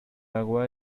agua